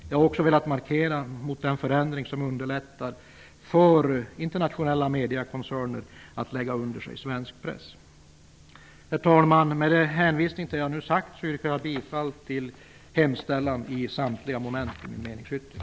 Jag har också velat göra en markering mot den förändring som underlättar för internationella mediakoncerner att lägga under sig svensk press. Herr talman! Med hänvisning till det som jag nu har sagt yrkar jag bifall till samtliga moment i min meningsyttring.